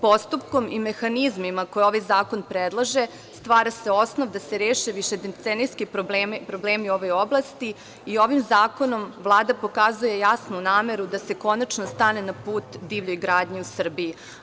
Postupkom i mehanizmima koje ovaj zakon predlaže stvara se osnov da se reše višedecenijski problemi u ovoj oblasti i ovim zakonom Vlada pokazuje jasnu nameru da se konačno stane na put divljoj gradnji u Srbiji.